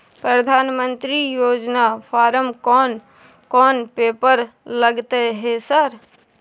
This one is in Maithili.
प्रधानमंत्री योजना फारम कोन कोन पेपर लगतै है सर?